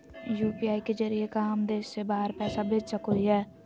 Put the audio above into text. UPI के जरिए का हम देश से बाहर पैसा भेज सको हियय?